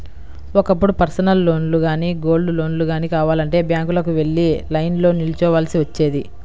ఒకప్పుడు పర్సనల్ లోన్లు గానీ, గోల్డ్ లోన్లు గానీ కావాలంటే బ్యాంకులకు వెళ్లి లైన్లో నిల్చోవాల్సి వచ్చేది